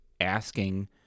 asking